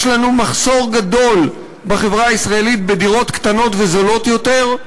יש לנו בחברה הישראלית מחסור גדול בדירות קטנות וזולות יותר,